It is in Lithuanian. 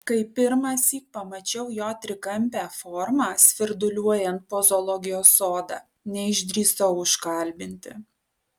kai pirmąsyk pamačiau jo trikampę formą svirduliuojant po zoologijos sodą neišdrįsau užkalbinti